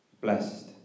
Blessed